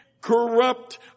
corrupt